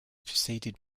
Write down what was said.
preceded